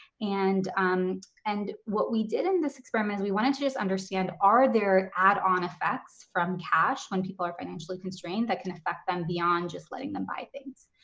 and um and what we did in this experiment is we wanted to just understand, are there add on effects from cash when people are financially constrained that can affect them beyond just letting them buy things?